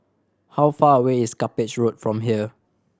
how far away is Cuppage Road from here